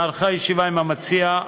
נערכה ישיבה עם המציע,